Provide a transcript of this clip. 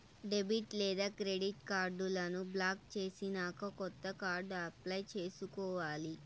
debit లేదా credit కార్డులను block చేసినాక కొత్త కార్డు అప్లై చేసుకోవాలి